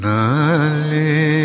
Nali